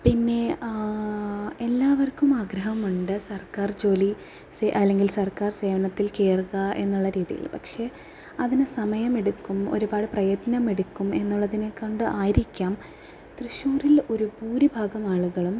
പിന്നെ എല്ലാവർക്കും ആഗ്രഹമുണ്ട് സർക്കാർ ജോലി അല്ലെങ്കിൽ സെ സർക്കാർ സേവനത്തിൽ കയറുക എന്നുള്ള രീതി പക്ഷെ അതിനു സമയമെടുക്കും ഒരുപാട് പ്രയത്നമെടുക്കും എന്നുള്ളതിനെ കണ്ട് ആയിരിക്കാം തൃശ്ശൂരിൽ ഒരു ഭൂരിഭാഗം ആളുകളും